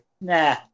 nah